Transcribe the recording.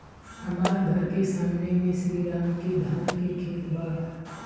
हमर घर के सामने में श्री राम के धान के खेत बा